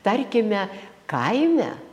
tarkime kaime